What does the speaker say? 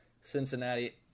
Cincinnati